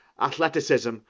athleticism